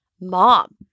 mom